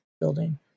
Building